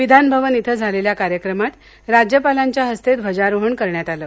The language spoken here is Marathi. विधानभवन इथं झालेल्या कार्यक्रमात राज्यपालांच्या हस्ते ध्वजारोहण करण्यात आलं